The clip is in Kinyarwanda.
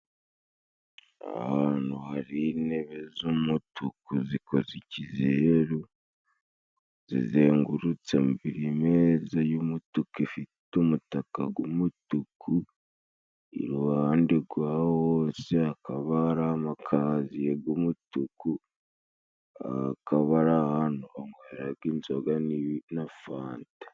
Ahantu hari intebe z'umutuku zikoze ikizeru zizengurutse buri meza y'umutuku ifite umutaka g'umutuku, iruhande gwaho hose hakaba hari amakaziye g' umutuku ,akaba ari ahantu banyweraga inzoga na fanta.